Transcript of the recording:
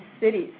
cities